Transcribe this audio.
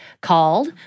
called